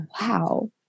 Wow